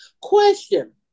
Question